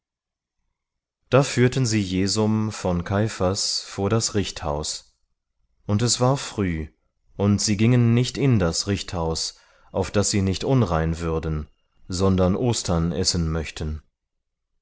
da führten sie jesum von kaiphas vor das richthaus und es war früh und sie gingen nicht in das richthaus auf das sie nicht unrein würden sondern ostern essen möchten